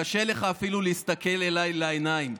קשה לך אפילו להסתכל אליי לעיניים.